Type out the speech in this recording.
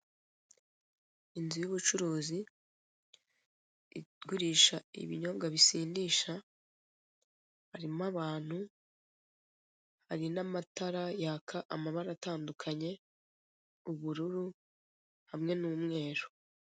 Inzu y'ubucuruzi, igurisha ibinyobwa bisindisha, harimo abantu, hari n'amatara yaka amabara atantukanye; ubururu, hamwe n'umweru.